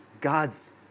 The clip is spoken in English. God's